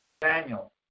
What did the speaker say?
Daniel